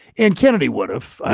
and kennedy would have.